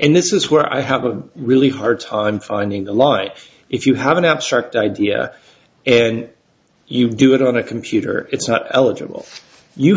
and this is where i have a really hard time finding the life if you have an abstract idea and you do it on a computer it's not eligible you